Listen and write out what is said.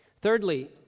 Thirdly